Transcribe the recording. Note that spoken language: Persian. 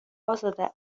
ازاده